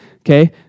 okay